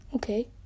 Okay